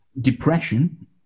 depression